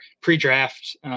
pre-draft